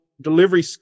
delivery